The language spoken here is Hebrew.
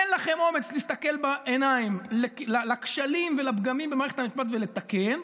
אין לכם אומץ להסתכל בעיניים בכשלים והפגמים במערכת המשפט ולתקן,